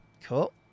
Cool